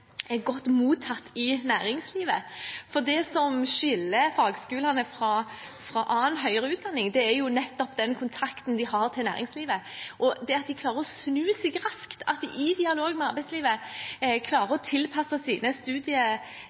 godt mottatt i næringslivet. For det som skiller fagskolene fra annen høyere utdanning, er jo nettopp den kontakten de har med næringslivet, og det at de klarer å snu seg raskt, at de i dialog med arbeidslivet klarer å tilpasse sine